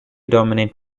dominate